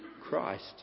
Christ